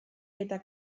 eta